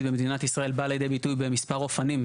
במדינת ישראל בא לידי ביטוי במספר אופנים,